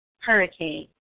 hurricane